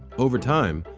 over time,